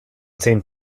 zehn